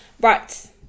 Right